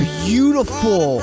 beautiful